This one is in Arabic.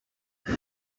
أصبت